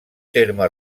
terme